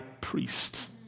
priest